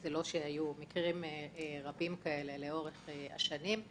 זה לא שהיו מקרים רבים כאלה לאורך השנים.